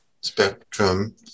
spectrum